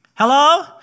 Hello